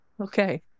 Okay